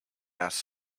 asked